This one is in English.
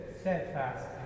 steadfast